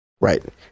Right